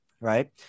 right